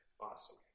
Awesome